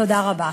תודה רבה.